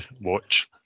watch